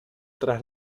tras